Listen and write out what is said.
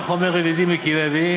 כך אומר ידידי מיקי לוי,